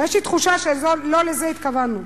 אבל יש לי תחושה שלא לזה התכוונו.